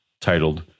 titled